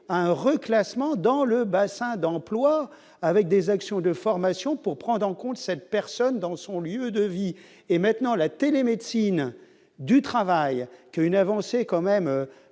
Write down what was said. un reclassements dans le bassin d'emploi, avec des actions de formation pour prendre en compte cette personne dans son lieu de vie et maintenant la télé-médecine du travail, une avancée quand même